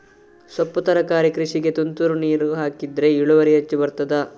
ಸೊಪ್ಪು ತರಕಾರಿ ಕೃಷಿಗೆ ತುಂತುರು ನೀರು ಹಾಕಿದ್ರೆ ಇಳುವರಿ ಹೆಚ್ಚು ಬರ್ತದ?